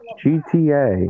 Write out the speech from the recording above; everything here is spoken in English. gta